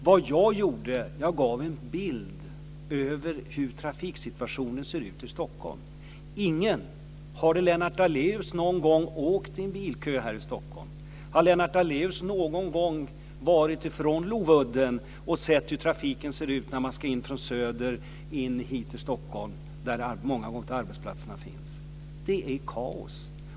Det jag gjorde var att jag gav en bild av hur trafiksituationen ser ut i Stockholm. Har Lennart Daléus någon gång åkt i en bilkö här i Stockholm? Har Lennart Daléus någon gång varit vid Lovudden och sett hur trafiken ser ut när man ska in från Söder in hit till Stockholm där många av arbetsplatserna finns? Det är kaos!